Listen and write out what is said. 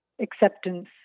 acceptance